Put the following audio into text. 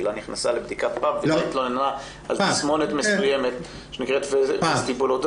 הילה נכנסה לבדיקת פאפ על תסמונת מסוימת שנקראת וסטיבולודיניה,